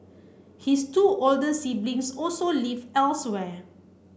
his two older siblings also live elsewhere